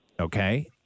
okay